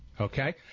okay